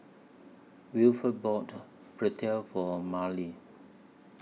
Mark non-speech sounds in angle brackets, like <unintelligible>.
Wilford bought <unintelligible> For Marlie